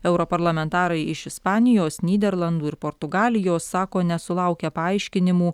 europarlamentarai iš ispanijos nyderlandų ir portugalijos sako nesulaukę paaiškinimų